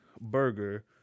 burger